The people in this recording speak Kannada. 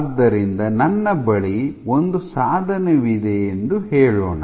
ಆದ್ದರಿಂದ ನನ್ನ ಬಳಿ ಒಂದು ಸಾಧನವಿದೆ ಎಂದು ಹೇಳೋಣ